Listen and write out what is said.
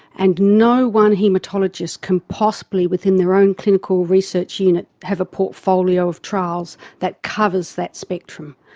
and no one haematologist can possibly within their own clinical research unit have a portfolio of trials that covers that spectrum.